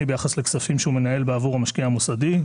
ביחס לכספים שהוא מנהל בעבור המשקיע המוסדי.